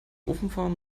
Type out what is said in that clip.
ofenform